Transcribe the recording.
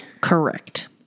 Correct